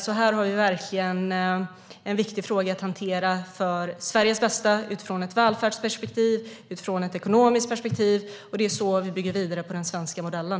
Här har vi verkligen en viktig fråga att hantera för Sveriges bästa utifrån ett välfärdsperspektiv och utifrån ett ekonomiskt perspektiv. Det är så vi bygger vidare på den svenska modellen.